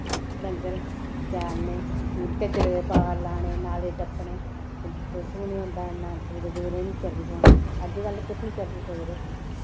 डंगर चारने भज्जरै दे पार लाने नाले टप्पने ते किश बी निं होंदा दूरें दूरें बी चली पौना अजकल कुत्थै चली सकदे